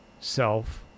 self